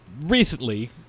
recently